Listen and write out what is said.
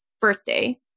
birthday